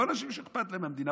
לא אנשים שאכפת להם מהמדינה,